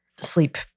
sleep